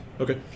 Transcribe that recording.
Okay